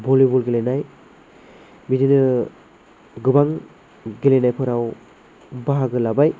volleyball गेलेनाय बिदिनो गोबां गेलेनायफोराव बाहागो लाबाय